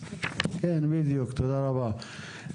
תודה רבה.